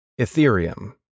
Ethereum